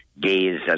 gaze